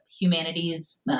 humanities